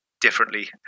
differently